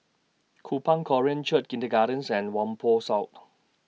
Kupang Korean Church Kindergartens and Whampoa South